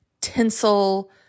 tinsel